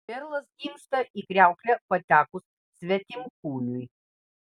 perlas gimsta į kriauklę patekus svetimkūniui